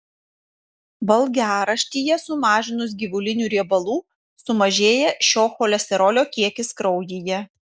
valgiaraštyje sumažinus gyvulinių riebalų sumažėja šio cholesterolio kiekis kraujyje